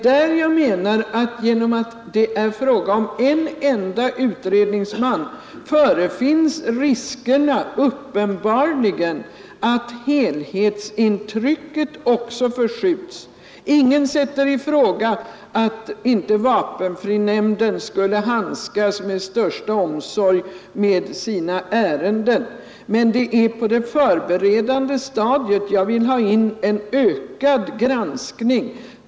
Om man har bara en enda utredningsman föreligger uppenbarligen risk för att också helhetsintrycket förskjuts. Ingen sätter i fråga att vapenfrinämnden inte skulle handskas med den största omsorg med sina ärenden, men jag skulle på det förberedande stadiet vilja få till stånd en förbättrad granskning.